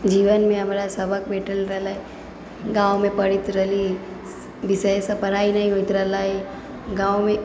जीवनमे हमरा सबक भेटल रहलै गाँवमे पढ़ैत रहली विषय सब पढ़ाइ नहि होइत रहलै गाँवमे